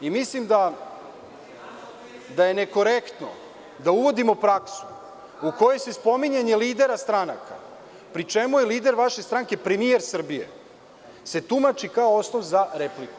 Mislim da je nekorektno da uvodimo praksu u kojoj se spominjanje lidera stranaka, pri čemu je lider vaše stranke premijer Srbije, tumači kao osnov za repliku.